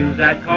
that